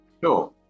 Sure